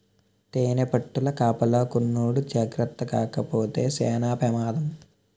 తేనిపట్టుల కాపలాకున్నోడు జాకర్తగాలేపోతే సేన పెమాదం